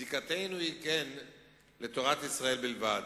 זיקתנו היא לתורת ישראל בלבד,